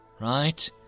Right